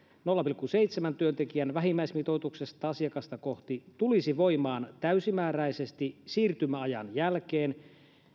nolla pilkku seitsemän työntekijän vähimmäismitoituksesta asiakasta kohti tulisi voimaan täysimääräisesti siirtymäajan jälkeen